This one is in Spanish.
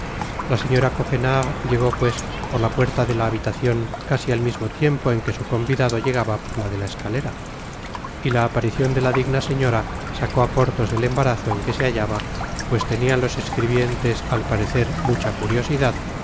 la señora coquenard llegó pues por la puerta de la habitacion casi al mismo tiempo en que su convidado llegaba por la de la escalera y la aparicion de la digna señora sacó á porthos del embarazo en que se hallaba pues tenían los escribientes al parecer mucha curiosidad